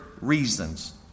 reasons